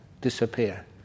disappear